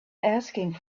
asking